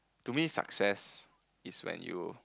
to me success is when you